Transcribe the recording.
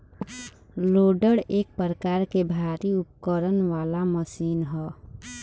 loader एक प्रकार के भारी उपकरण वाला मशीन ह